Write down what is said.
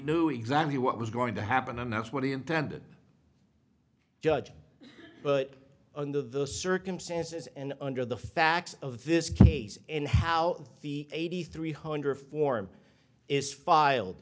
knew exactly what was going to happen and that's what he intended judge but under the circumstances and under the facts of this case and how the eighty three hundred form is filed